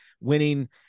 winning